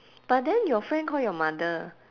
but then your friend call your mother